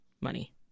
money